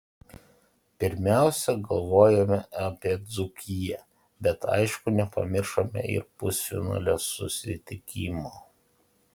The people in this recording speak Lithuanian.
pirmiausia galvojome apie dzūkiją bet aišku nepamiršome ir pusfinalio susitikimo